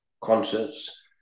concerts